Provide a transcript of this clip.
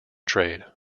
trade